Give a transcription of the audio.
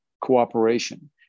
cooperation